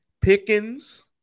Pickens